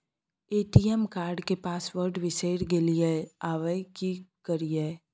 ATM card के password बिसरि गेलियै आबय की करियै?